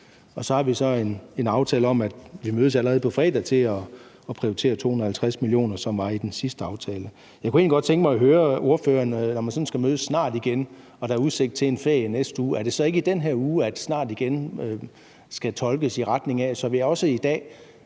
Så har vi en aftale om, at vi mødes allerede på fredag for at prioritere 250 mio. kr., som var i den sidste aftale. Jeg kunne egentlig godt tænke mig at høre ordføreren om noget. Når man sådan skal mødes snart igen og der er udsigt til en ferie i næste uge, er det så ikke i den her uge, at »snart igen« skal tolkes i retning af, at vi også i dag